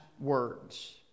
words